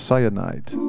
Cyanide